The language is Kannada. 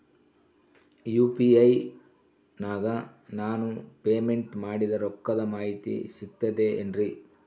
ಯು.ಪಿ.ಐ ನಾಗ ನಾನು ಪೇಮೆಂಟ್ ಮಾಡಿದ ರೊಕ್ಕದ ಮಾಹಿತಿ ಸಿಕ್ತದೆ ಏನ್ರಿ?